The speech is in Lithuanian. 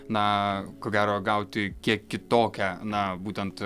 naa ko gero gauti kiek kitokią na būtent